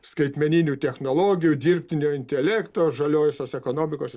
skaitmeninių technologijų dirbtinio intelekto žaliosios ekonomikos